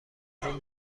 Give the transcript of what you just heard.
این